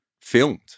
filmed